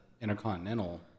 Intercontinental